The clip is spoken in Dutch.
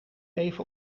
even